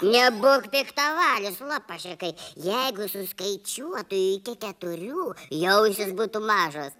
nebūk piktavalis lopašekai jeigu suskaičiuotų iki keturių jo ausys būtų mažos